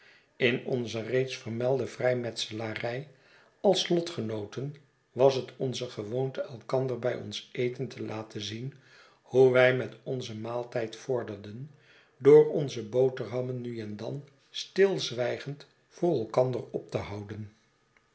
in onze reeds vermelde vrijmetselarij als lotgenooten was het onze fgewoonte elkander bij ons eten te laten zien hoe wij met onzen maaltijd vorderden door onze boterhammen nu en dan stilzwijgend voor elkander op te houden